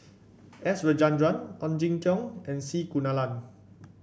S Rajendran Ong Jin Teong and C Kunalan